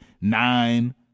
nine